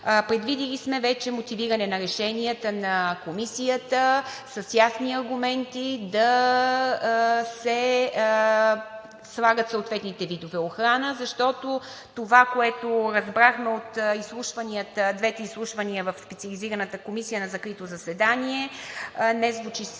Предвидили сме вече мотивиране на решенията на Комисията с ясни аргументи да се слагат съответните видове охрана, защото това, което разбрахме от двете изслушвания в Специализираната комисия на закрито заседание, не звучи сериозно